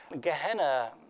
Gehenna